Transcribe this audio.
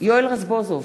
יואל רזבוזוב,